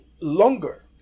longer